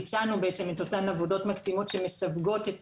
ביצענו בעצם את אותן עבודות מקדימות שמסווגות את